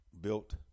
built